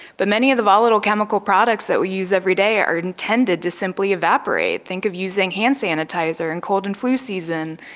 but many of the volatile chemical products that we use every day are intended to simply evaporate. think of using hand sanitiser in cold and flu season,